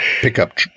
Pickup